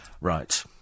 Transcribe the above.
Right